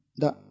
Da